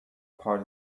part